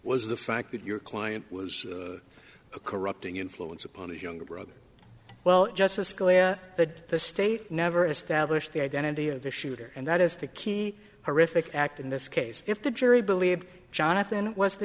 was the fact that your client was a corrupting influence upon his younger brother well justice scalia that the state never established the identity of the shooter and that is the key horrific act in this case if the jury believed jonathan was the